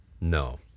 no